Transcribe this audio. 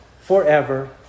forever